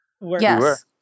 Yes